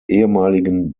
ehemaligen